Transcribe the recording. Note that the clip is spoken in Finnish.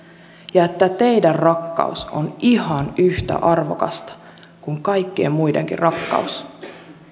ja että teidän rakkautenne on ihan yhtä arvokasta kuin kaikkien muidenkin rakkaus